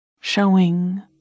showing